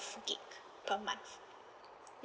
gigabyte per month